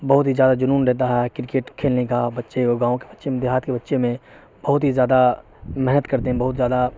بہت ہی زیادہ جنون رہتا ہے کرکٹ کھیلنے کا بچے گاؤں کے بچے میں دیہات کے بچے میں بہت ہی زیادہ محنت کرتے ہیں بہت زیادہ